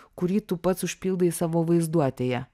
kurį tu pats užpildai savo vaizduotėje